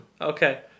Okay